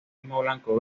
simbolismo